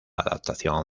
adaptación